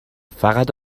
فقط